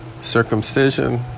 Circumcision